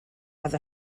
oedd